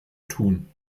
tun